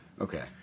Okay